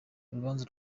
urubanza